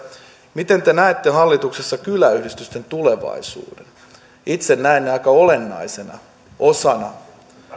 miten te näette hallituksessa kyläyhdistysten tulevaisuuden itse näen ne aika olennaisena osana